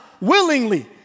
willingly